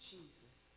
Jesus